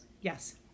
yes